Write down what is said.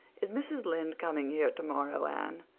is mrs. lynde coming here tomorrow, anne?